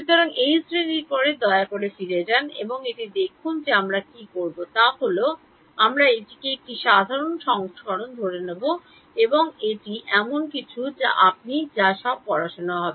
সুতরাং এই শ্রেণীর পরে দয়া করে ফিরে যান এবং এটি দেখুন যে আমরা কী করব তা হল আমরা এটির একটি সাধারণ সংস্করণ ধরে নেব এবং এটি এমন কিছু যা আপনি যা সব পড়াশোনা করা হবে